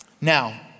Now